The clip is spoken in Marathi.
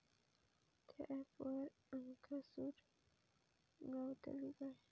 त्या ऍपवर आमका सूट गावतली काय?